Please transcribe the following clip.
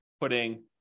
putting